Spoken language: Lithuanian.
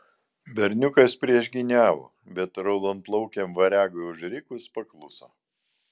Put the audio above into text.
berniukas priešgyniavo bet raudonplaukiam variagui užrikus pakluso